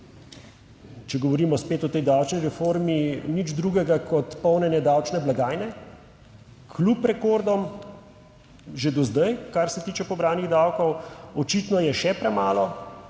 če govorimo spet o tej davčni reformi, nič drugega kot polnjenje davčne blagajne, kljub rekordom že do zdaj kar se tiče pobranih davkov očitno je še premalo.